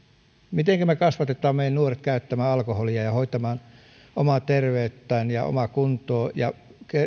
mitenkä me kasvatamme meidän nuoret käyttämään alkoholia ja hoitamaan omaa terveyttään ja omaa kuntoaan ja